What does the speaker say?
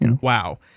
Wow